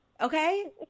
Okay